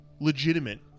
legitimate